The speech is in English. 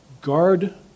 Guard